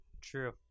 True